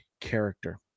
character